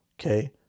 okay